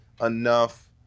enough